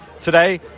Today